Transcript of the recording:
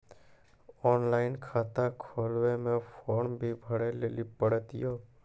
Online खाता खोलवे मे फोर्म भी भरे लेली पड़त यो?